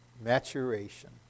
maturation